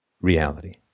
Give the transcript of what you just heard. reality